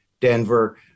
Denver